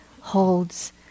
holds